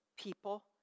people